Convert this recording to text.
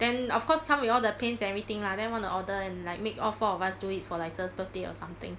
then of course come with all the paints and everything lah then want to order and like make all four of us do it for aloysius birthday or something